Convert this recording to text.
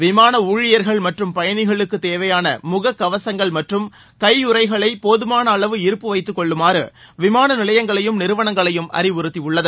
விமான ஊழியர்கள் மற்றம் பயணிகளுக்கு தேவையான முககவசங்கள் மற்றும் கையுறைகளை போதுமான அளவு இருப்பு வைத்துக்கொள்ளுமாறு விமான நிலையங்களையும் நிறுவனங்களையும் அறிவுறுத்தியுள்ளது